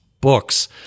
books